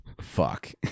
Fuck